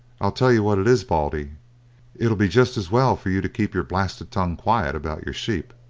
i'll tell you what it is, baldy it'll be just as well for you to keep your blasted tongue quiet about your sheep,